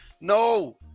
no